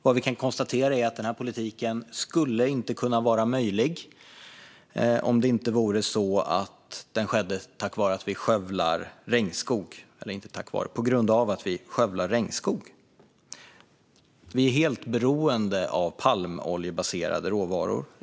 Vad vi kan konstatera är att politiken inte kunde vara möjlig om det inte vore för att vi skövlar regnskog. Vi är helt beroende av palmoljebaserade råvaror.